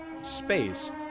space